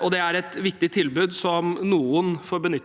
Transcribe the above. og det er et viktig tilbud som noen får benytte